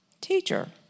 teacher